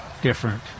different